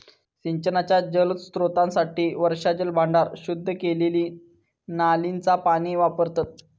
सिंचनाच्या जलस्त्रोतांसाठी वर्षाजल भांडार, शुद्ध केलेली नालींचा पाणी वापरतत